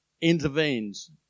intervenes